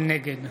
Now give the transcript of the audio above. נגד